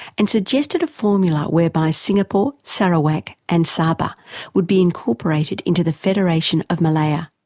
and suggested a formula whereby singapore, sarawak and sabre would be incorporated into the federation of malaya.